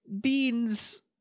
Beans